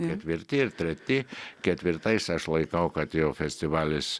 ketvirti ir treti ketvirtais aš laikau kad jau festivalis